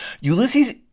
Ulysses